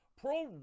Pro